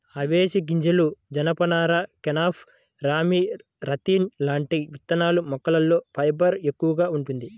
అవిశె గింజలు, జనపనార, కెనాఫ్, రామీ, రతన్ లాంటి విత్తనాల మొక్కల్లో ఫైబర్ ఎక్కువగా వుంటది